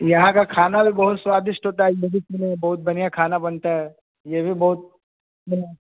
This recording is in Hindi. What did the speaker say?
यहाँ का खाना भी बहुत स्वादिष्ट होता है यह भी सुने बहुत बढ़िया खाना बनता है यह भी बहुत